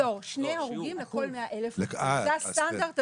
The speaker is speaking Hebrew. לא, שני הרוגים לכל מאה אלף, זה הסנטרד הבינלאומי.